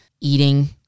eating